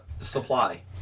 supply